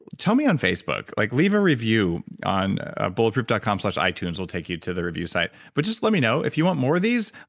tell me on facebook. like leave a review on. ah bulletproof dot com slash itunes will take you to the review site. but just let me know, if you want more of these,